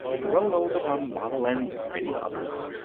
rollo the rumbottle, and many others.